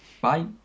Bye